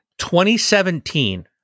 2017